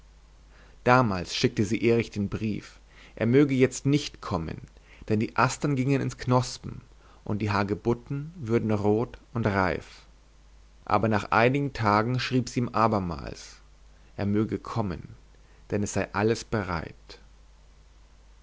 damals schickte sie erich den brief er möge jetzt nicht kommen denn die astern gingen ins knospen und die hagebutten würden rot und reif aber nach einigen tagen schrieb sie ihm abermals er möge kommen denn es sei alles bereit